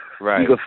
Right